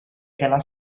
della